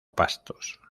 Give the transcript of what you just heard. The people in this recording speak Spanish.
pastos